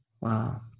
Wow